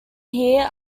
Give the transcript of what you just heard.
here